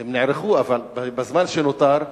הם נערכו, אבל בזמן שנותר,